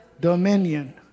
dominion